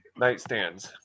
nightstands